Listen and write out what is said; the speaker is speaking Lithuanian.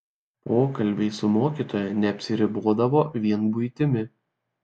pokalbiai su mokytoja neapsiribodavo vien buitimi